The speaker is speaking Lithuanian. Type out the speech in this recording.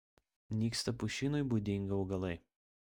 nyksta pušynui būdingi augalai